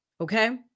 Okay